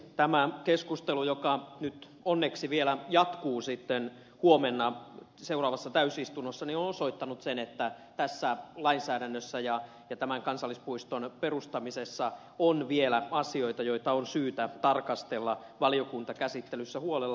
tämä keskustelu joka nyt onneksi vielä jatkuu huomenna seuraavassa täysistunnossa on osoittanut sen että tässä lainsäädännössä ja tämän kansallispuiston perustamisessa on vielä asioita joita on syytä tarkastella valiokuntakäsittelyssä huolella